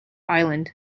island